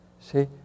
See